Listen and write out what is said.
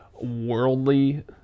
worldly